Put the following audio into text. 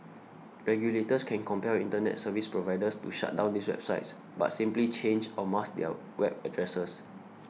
regulators can compel internet service providers to shut down these right sites but simply change or mask their web addresses